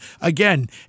Again